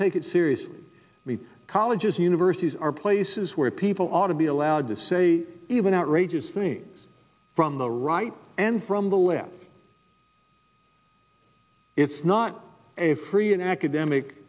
take it seriously the colleges universities are places where people ought to be allowed to say even outrageous things from the right and from the web it's not a free and academic